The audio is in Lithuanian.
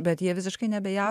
bet jie visiškai